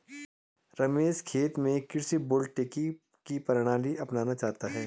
रमेश खेत में कृषि वोल्टेइक की प्रणाली अपनाना चाहता है